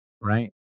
right